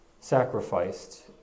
sacrificed